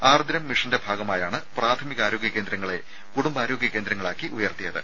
ആർദ്രം മിഷന്റെ ഭാഗമായാണ് പ്രാഥമിക ആരോഗ്യ കേന്ദ്രങ്ങളെ കുടുംബാരോഗ്യ കേന്ദ്രങ്ങളാക്കി ഉയർത്തിയത്